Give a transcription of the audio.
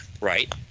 right